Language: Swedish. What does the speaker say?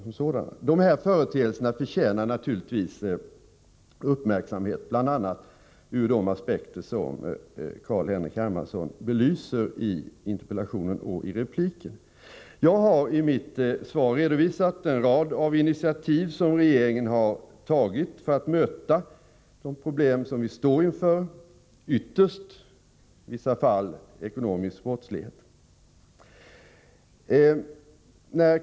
ÅR SN å ägare av större De här företeelserna förtjänar naturligtvis uppmärksamhet, bl.a. ur de aktieposter aspekter som Carl-Henrik Hermansson belyser i sin interpellation och i sitt inlägg här. Jag har i mitt svar redovisat en rad initiativ som regeringen har tagit för att möta de problem som vi står inför. Ytterst gäller det i vissa fall den ekonomiska brottsligheten.